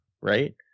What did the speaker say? right